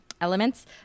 elements